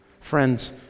Friends